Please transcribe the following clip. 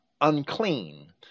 unclean